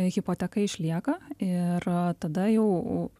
hipoteka išlieka ir tada jau